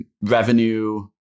revenue